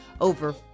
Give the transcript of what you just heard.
over